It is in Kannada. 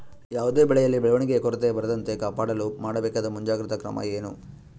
ಯಾವುದೇ ಬೆಳೆಯಲ್ಲಿ ಬೆಳವಣಿಗೆಯ ಕೊರತೆ ಬರದಂತೆ ಕಾಪಾಡಲು ಮಾಡಬೇಕಾದ ಮುಂಜಾಗ್ರತಾ ಕ್ರಮ ಏನು?